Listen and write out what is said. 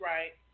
Right